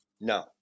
No